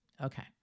Okay